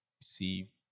see